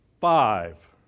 five